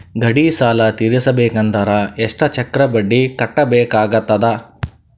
ಗಾಡಿ ಸಾಲ ತಿರಸಬೇಕಂದರ ಎಷ್ಟ ಚಕ್ರ ಬಡ್ಡಿ ಕಟ್ಟಬೇಕಾಗತದ?